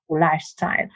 lifestyle